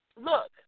Look